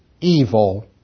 evil